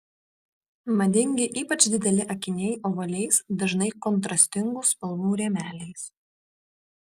madingi ypač dideli akiniai ovaliais dažnai kontrastingų spalvų rėmeliais